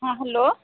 ହଁ ହ୍ୟାଲୋ